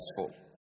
successful